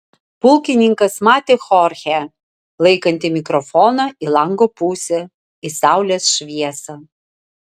pulkininkas matė chorchę laikantį mikrofoną į lango pusę į saulės šviesą